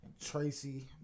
Tracy